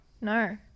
No